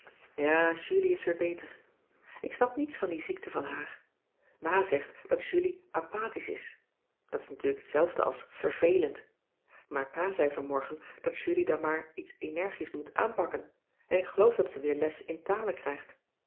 joop ter heul weer beter ik snap niets van die ziekte van haar ma zegt dat julie apathisch is dat is natuurlijk hetzelfde als vervelend maar pa zei vanmorgen dat julie dan maar iets energisch moet aanpakken en ik geloof dat ze weer les in talen krijgt